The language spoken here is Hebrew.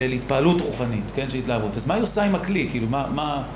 להתפעלות רוחנית, כן? שהיא התלהבות. אז מה היא עושה עם הכלי? כאילו, מה, מה...